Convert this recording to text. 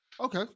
Okay